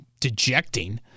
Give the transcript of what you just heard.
dejecting